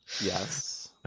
Yes